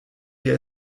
wir